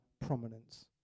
prominence